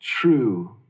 true